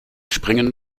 springen